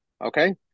Okay